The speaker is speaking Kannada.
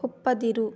ಒಪ್ಪದಿರು